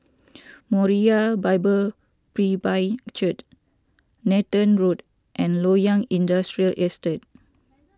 Moriah Bible Presby Church Nathan Road and Loyang Industrial Estate